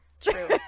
True